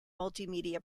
multimedia